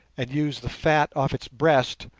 and used the fat off its breast,